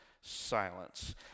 silence